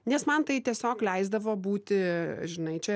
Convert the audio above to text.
nes man tai tiesiog leisdavo būti žinai čia